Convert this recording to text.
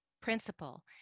principle